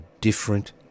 different